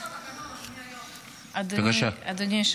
התקנון, אדוני היו"ר.